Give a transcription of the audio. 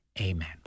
Amen